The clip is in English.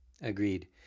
agreed